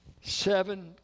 Seven